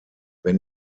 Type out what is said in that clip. wenn